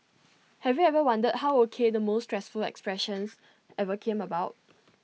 have you ever wondered how O K the most useful expressions ever came about